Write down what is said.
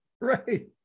Right